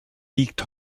liegt